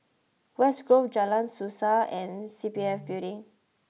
West Grove Jalan Suasa and C P F Building